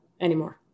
anymore